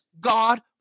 God